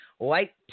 White